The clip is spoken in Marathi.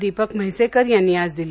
दीपक म्हैसेकर यांनी आज दिली